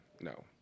no